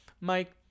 Mike